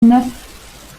neuf